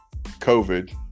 COVID